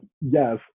Yes